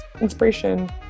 inspiration